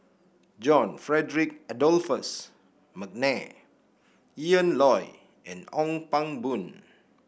John Frederick Adolphus McNair Ian Loy and Ong Pang Boon